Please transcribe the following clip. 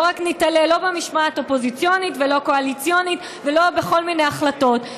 לא רק ניתלה במשמעת אופוזיציונית ולא קואליציונית ולא בכל מיני החלטות.